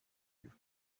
you